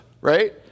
right